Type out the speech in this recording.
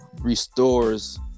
restores